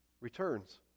returns